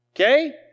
Okay